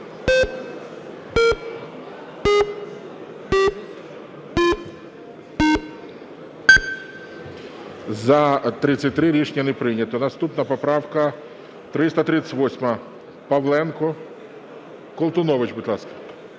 За-33 Рішення не прийнято. Наступна поправка 338, Павленко. Колтунович будь ласка.